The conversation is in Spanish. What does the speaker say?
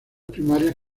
primarias